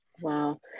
wow